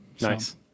Nice